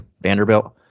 Vanderbilt